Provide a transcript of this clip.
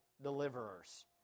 Deliverers